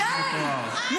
אני